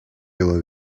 яваа